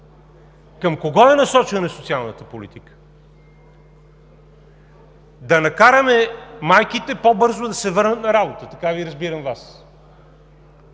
към кого е насочена социалната политика? Да накараме майките по-бързо да се върнат на работа, така Ви разбирам Вас,